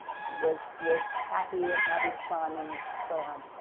was was happy and having fun and so on,